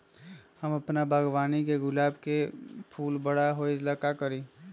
हम अपना बागवानी के गुलाब के फूल बारा होय ला का करी?